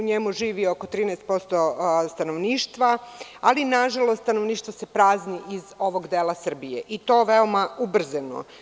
U njemu živi oko 13% stanovništva ali nažalost stanovništvo se prazni iz ovog dela Srbije i to veoma ubrzano.